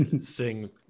sing